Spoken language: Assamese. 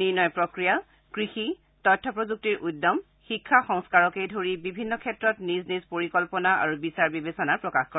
নিৰ্ণয় প্ৰক্ৰিয়া কৃষি তথ্য প্ৰযুক্তিৰ উদ্যম শিক্ষা সংস্কাৰকে ধৰি বিভিন্ন ক্ষেত্ৰত নিজৰ নিজৰ পৰিকল্পনা আৰু বিচাৰ বিবেচনা প্ৰকাশ কৰে